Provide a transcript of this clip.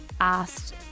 asked